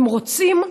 אם רוצים,